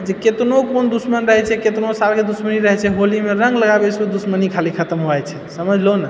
जे केतनो कोनो दुश्मन रहैत छै केतनो सालके दुश्मनी रहैत छै होलीमे रङ्ग लगाबैसँ ओ दुश्मनी खाली खतम हो जाइत छै समझलहो ने